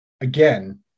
again